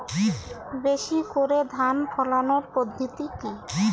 বেশি করে ধান ফলানোর পদ্ধতি?